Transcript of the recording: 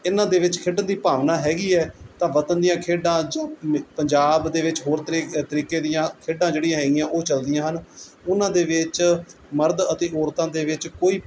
ਇਹਨਾਂ ਦੇ ਵਿੱਚ ਖੇਡਣ ਦੀ ਭਾਵਨਾ ਹੈਗੀ ਹੈ ਤਾਂ ਵਤਨ ਦੀਆਂ ਖੇਡਾਂ ਜਾਂ ਮੇ ਪੰਜਾਬ ਦੇ ਵਿੱਚ ਹੋਰ ਤਰੀਕ ਤਰੀਕੇ ਦੀਆਂ ਖੇਡਾਂ ਜਿਹੜੀਆਂ ਹੈਗੀਆਂ ਉਹ ਚੱਲਦੀਆਂ ਹਨ ਉਹਨਾਂ ਦੇ ਵਿੱਚ ਮਰਦ ਅਤੇ ਔਰਤਾਂ ਦੇ ਵਿੱਚ ਕੋਈ